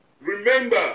Remember